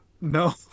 No